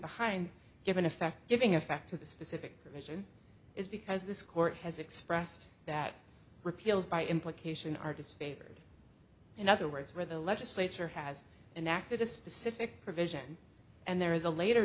behind give in effect giving effect to the specific provision is because this court has expressed that repeals by implication are disfavored in other words where the legislature has enacted a specific provision and there is a later